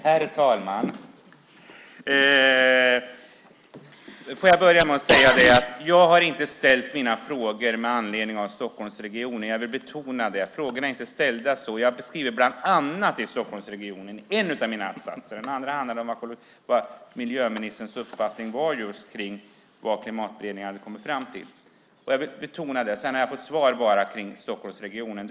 Herr talman! Får jag börja med att säga att jag inte har ställt mina frågor med anledning av Stockholmsregionen. Jag vill betona det. Frågorna är inte ställda så. Jag skriver "inte minst" i Stockholmsregionen i en av mina frågor. Den andra handlade om miljöministerns uppfattning om vad just Klimatberedningen hade kommit fram till. Jag vill betona det. Sedan har jag bara fått svar på detta med Stockholmsregionen.